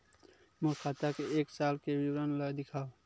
मोर खाता के एक साल के विवरण ल दिखाव?